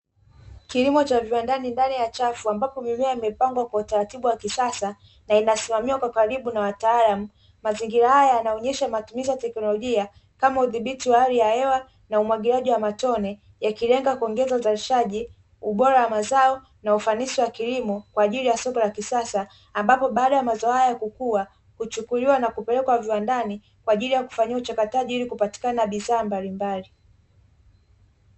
Kilimo cha viwandani ndani ya chafu ambapo mimea imepangwa kwa utaratibu wa kisasa na inasimamiwa kwa karibu na wataalam, mazingira haya yanaonyesha matumizi ya teknolojia kama udhibiti wa hali ya hewa na umwagiliaji wa matone, yakilenga kuongeza uzalishaji, ubora wa mazao na ufanisi wa kilimo kwa ajili ya soko la kisasa, ambapo baada ya mazao hayo kukua kuchukuliwa na kupelekwa viwandani kwa ajili ya kufanyiwa mchakato ili kupatikana bidhaa mbalimbali.